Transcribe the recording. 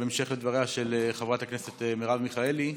בהמשך לדבריה של חברת הכנסת מרב מיכאלי.